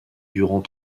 durant